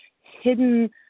hidden